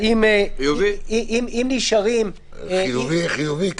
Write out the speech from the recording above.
חיובי חיובי.